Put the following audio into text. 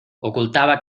ocultaba